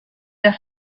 der